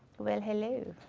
well hello.